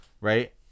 right